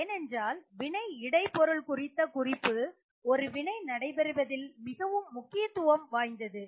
ஏனென்றால் வினை இடை பொருள் குறித்த குறிப்பு ஒரு வினை நடைபெறுவதில் மிகவும் முக்கியத்துவம் வாய்ந்தது